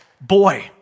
boy